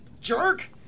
jerk